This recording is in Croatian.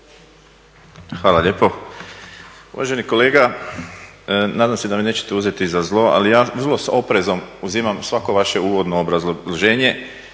Hvala lijepo. Uvaženi kolega nadam se da mi nećete uzeti za zlo ali ja vrlo s oprezom uzimam svako vaše uvodno obrazloženje